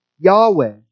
Yahweh